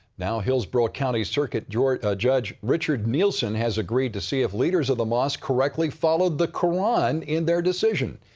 now, hillsborough country circuit judge sort of judge richard nielsen has agreed to see if leaders of the mosque correctly followed the koran in their decision.